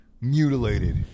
Mutilated